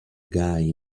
guy